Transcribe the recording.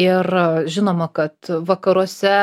ir žinoma kad vakaruose